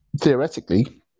theoretically